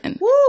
Woo